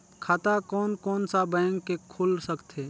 खाता कोन कोन सा बैंक के खुल सकथे?